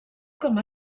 com